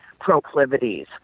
proclivities